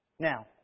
Now